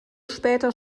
später